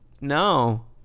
No